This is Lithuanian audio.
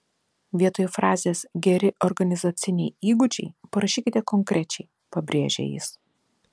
vietoj frazės geri organizaciniai įgūdžiai parašykite konkrečiai pabrėžia jis